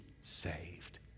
saved